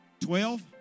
Twelve